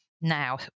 now